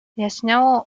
jaśniało